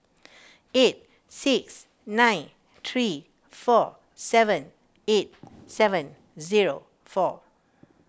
eight six nine three four seven eight seven zero four